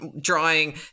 drawing